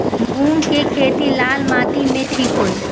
मूंग के खेती लाल माटी मे ठिक होई?